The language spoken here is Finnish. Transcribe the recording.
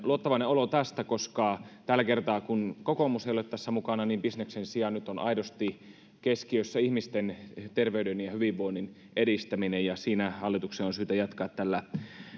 luottavainen olo tästä koska tällä kertaa kun kokoomus ei ole tässä mukana bisneksen sijaan nyt on aidosti keskiössä ihmisten terveyden ja hyvinvoinnin edistäminen ja siinä hallituksen on syytä jatkaa